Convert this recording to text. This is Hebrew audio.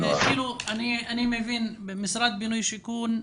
אני מבין ממשרד הבינוי והשיכון,